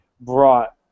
brought